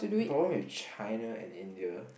problem with China and India